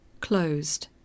Closed